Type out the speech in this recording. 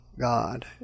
God